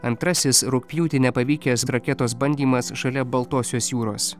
antrasis rugpjūtį nepavykęs raketos bandymas šalia baltosios jūros